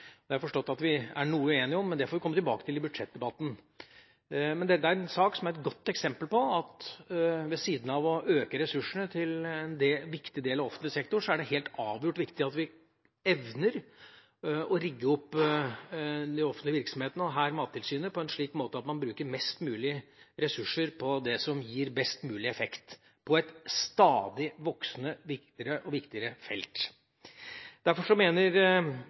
har tilstrekkelig med ressurser. Der har jeg forstått at vi er noe uenige, men det får vi komme tilbake til i budsjettdebatten. Dette er en sak som er et godt eksempel på at ved siden av å øke ressursene til en viktig del av offentlig sektor, så er det helt avgjort viktig at vi evner å rigge opp de offentlige virksomhetene – her Mattilsynet – på en slik måte at man bruker mest mulig ressurser på det som gir best mulig effekt, på et stadig voksende og viktigere felt. Derfor mener